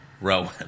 Rowan